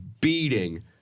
beating